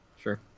sure